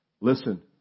listen